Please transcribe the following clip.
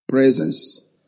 presence